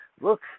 Look